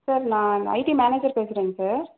sir நான் IT manager பேசுறேங்க sir